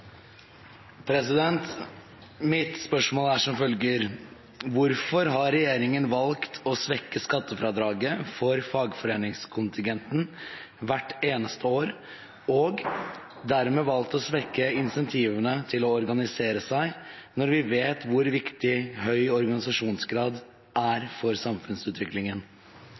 bortreist. Mitt spørsmål er som følger: «Hvorfor har regjeringen valgt å svekke skattefradraget for fagforeningskontingent hvert eneste år, og dermed valgt å svekke incentivene til å organisere seg, når vi vet hvor viktig høy organisasjonsgrad er for samfunnsutviklingen?»